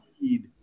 need